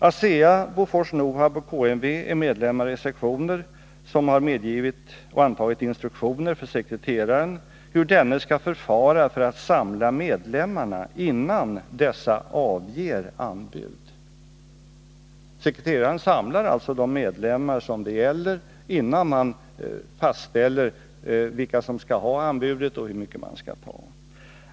ASEA AB, Bofors-NOHAB och KaMeWa AB är medlemmar i sektioner som har medgivit och antagit instruktioner för hur sekreteraren skall förfara för att samla medlemmarna innan dessa avger anbud. Sekreteraren samlar alltså berörda medlemmar innan han fastställer vilka som skall ha ett visst anbud och hur mycket man skall ha.